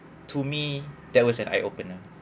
to me that was an eye opener